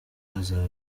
azaba